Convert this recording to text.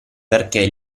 perché